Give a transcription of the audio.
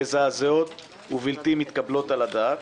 מזעזעות ובלתי מתקבלות על הדעת.